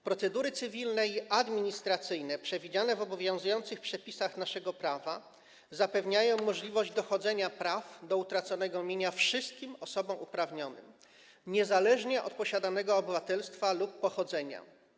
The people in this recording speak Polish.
Procedury cywilne i administracyjne przewidziane w obowiązujących przepisach naszego prawa zapewniają możliwość dochodzenia praw do utraconego mienia wszystkim osobom uprawnionym niezależnie od posiadanego obywatelstwa lub pochodzenia.